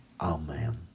Amen